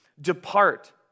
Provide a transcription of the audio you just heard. Depart